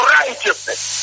righteousness